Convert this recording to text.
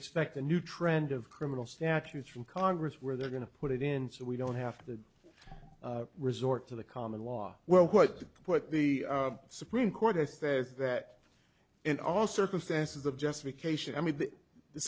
expect a new trend of criminal statutes from congress where they're going to put it in so we don't have to resort to the common law well what put the supreme court has said that in all circumstances of justification i mean the